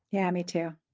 yeah, me too.